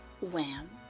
Wham